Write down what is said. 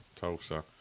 Tulsa